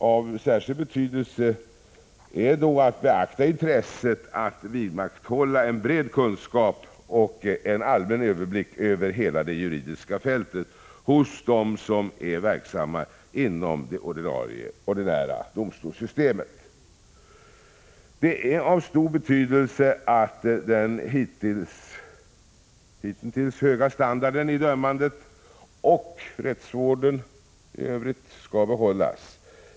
Av särskild betydelse är då att beakta intresset av att vidmakthålla en bred kunskap och en allmän överblick över hela det juridiska fältet hos dem som är verksamma inom det ordinära domstolssystemet. Det är av stor vikt att den hitintills höga standarden i dömandet och rättsvården i övrigt behålls.